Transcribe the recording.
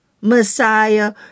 Messiah